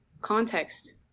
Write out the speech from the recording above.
context